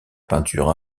peinture